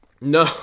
No